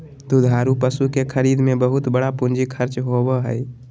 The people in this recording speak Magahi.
दुधारू पशु के खरीद में बहुत बड़ा पूंजी खर्च होबय हइ